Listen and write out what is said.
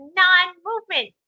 non-movement